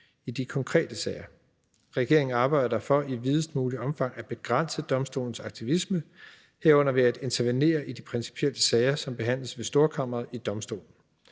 i de konkrete sager. Regeringen arbejder for i videst muligt omfang at begrænse domstolens aktivisme, herunder ved at intervenere i de principielle sager, som behandles ved Storkammeret i domstolen.